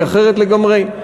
היא אחרת לגמרי.